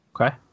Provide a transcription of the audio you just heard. Okay